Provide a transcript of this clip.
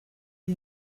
gli